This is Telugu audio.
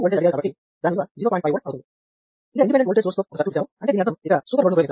ఇక్కడ ఇండిపెండెంట్ ఓల్టేజ్ సోర్స్ తో ఒక సర్క్యూట్ ఇచ్చాము అంటే దీని అర్థం ఇక్కడ సూపర్ నోడ్ ని ఉపయోగించాలి